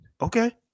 Okay